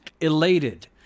elated